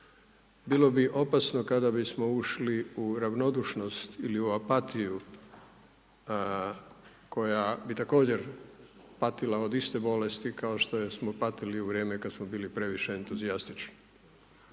Bilo bi opasno kada bismo ušli u ravnodušnost ili u apatiju koja bi također patila od iste bolesti kao što smo patili u vrijeme kada smo bili previše entuzijastični.